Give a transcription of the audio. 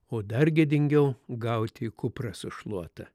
o dar gėdingiau gauti į kuprą su šluota